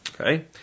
Okay